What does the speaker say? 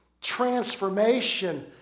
transformation